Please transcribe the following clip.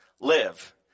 live